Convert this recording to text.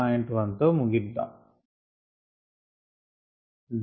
1 తో ముగిద్దాం